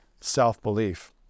self-belief